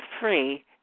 free